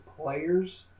players